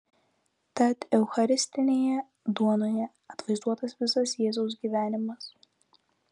tad eucharistinėje duonoje atvaizduotas visas jėzaus gyvenimas